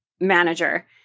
manager